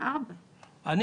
ארבע שנים.